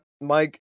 Mike